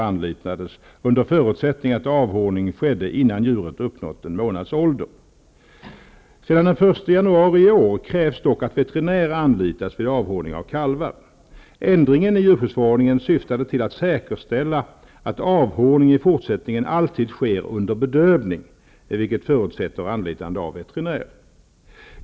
Sedan den 1 januari i år krävs dock att veterinär anlitas vid avhorning av kalvar. Ändringen i djurskyddsförordningen syftade till att säkerställa att av horning i fortsättningen alltid sker under bedövning, vilket förutsätter anli tande av veterinär.